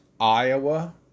Iowa